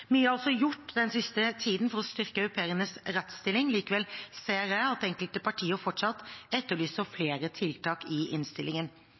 gjort den siste tiden for å styrke au pairenes rettsstilling. Likevel ser jeg at enkelte partier fortsatt etterlyser flere tiltak i innstillingen.